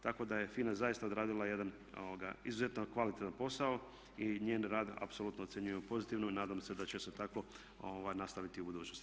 Tako da je FINA zaista odradila jedan izuzetno kvalitetan posao i njen rad apsolutno ocjenjujemo pozitivno i nadam se da će se tako nastaviti i u budućnosti.